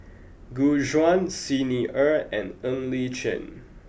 Gu Juan Xi Ni Er and Ng Li Chin